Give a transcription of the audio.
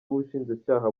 w’ubushinjacyaha